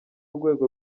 rwego